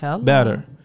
better